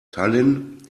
tallinn